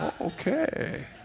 okay